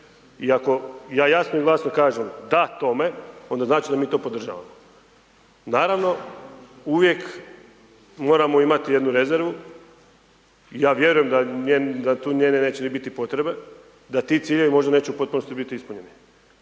i ako ja jasno i glasno kažem da tome, onda znači da mi to podržavamo. Naravno, uvijek moramo imati jednu rezervu. Ja vjerujem da tu njene neće biti ni potrebe, da ti ciljevi možda neće u potpunosti biti ispunjeni.